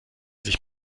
sich